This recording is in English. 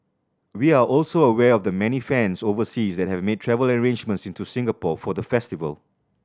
we are also aware of the many fans overseas that have made travel arrangements into Singapore for the festival